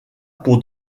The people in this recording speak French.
pour